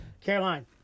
Caroline